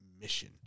mission